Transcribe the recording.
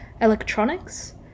electronics